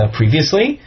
previously